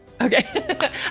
okay